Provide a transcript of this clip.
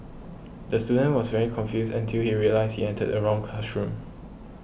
the student was very confused until he realised he entered the wrong classroom